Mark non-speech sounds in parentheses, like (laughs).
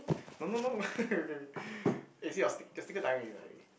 no no no (laughs) okay is it your stick your sticker dying already right